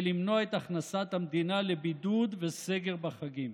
למנוע את הכנסת המדינה לבידוד וסגר בחגים.